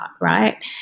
Right